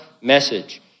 message